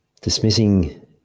Dismissing